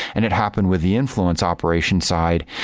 and it happened with the influence operations side.